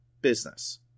business